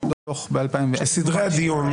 לסדרי הדיון,